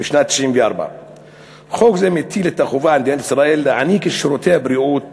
בשנת 1994. חוק זה מטיל על מדינת ישראל את החובה להעניק שירותי בריאות